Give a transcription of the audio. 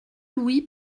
louis